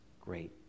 great